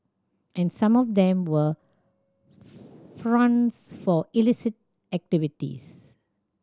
and some of them were fronts for illicit activities